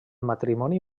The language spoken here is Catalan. matrimoni